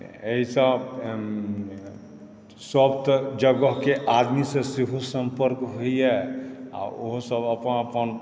एहिसँ सभ तऽ जगहके आदमीसँ सेहो सम्पर्क होइए आ ओहोसभ अपन अपन